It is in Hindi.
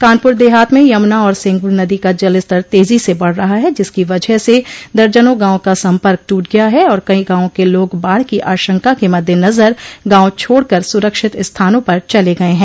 कानपुर देहात में यमुना और सेंगुर नदी का जलस्तर तेज़ी से बढ़ रहा है जिसकी वजह से दर्जनों गांवों का सम्पर्क ट्रट गया है और कई गांवों के लोग बाढ़ की आशंका के मददेनज़र गांव छोड़ कर सुरक्षित स्थानों पर चले गये हैं